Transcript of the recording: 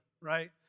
right